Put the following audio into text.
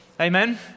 Amen